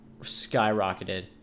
skyrocketed